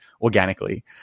organically